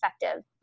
effective